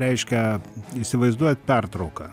a reiškia įsivaizduojat pertrauką